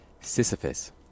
sisyphus